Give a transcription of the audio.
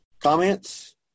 comments